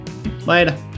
later